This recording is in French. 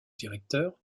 directeur